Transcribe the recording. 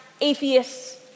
atheists